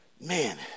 man